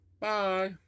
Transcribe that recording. Bye